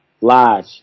Lodge